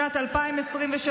שנת 2023,